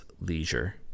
leisure